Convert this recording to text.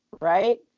right